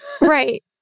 Right